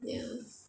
ya